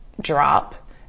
drop